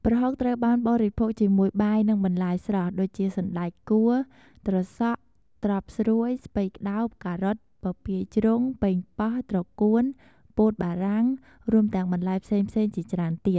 ប្រហុកត្រូវបានបរិភោគជាមួយបាយ និងបន្លែស្រស់ ដូចជា សណ្ដែកគួរ ត្រសក់ ត្រប់ស្រួយ ស្ពៃក្ដោប ការ៉ុត ពពាយជ្រុង ប៉េងប៉ោះ ត្រកួន ពោតបារាំង រួមទាំងបន្លែផ្សេងៗជាច្រើនទៀត។